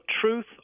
truth